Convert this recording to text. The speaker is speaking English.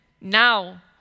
now